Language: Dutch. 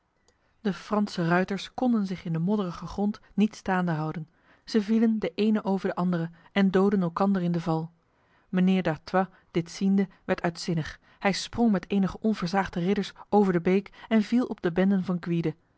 de franse ruiters konden zich in de modderige grond niet staande houden zij vielen de ene over de andere en doodden elkander in de val mijnheer d'artois dit ziende werd uitzinnig hij sprong met enige onversaagde ridders over de beek en viel op de benden van gwyde